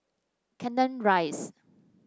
Canning Rise